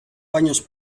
baños